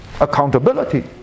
Accountability